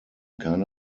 keine